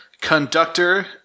conductor